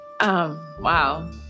Wow